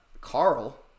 Carl